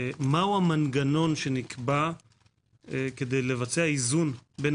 מה המנגנון שנקבע כדי לבצע איזון בין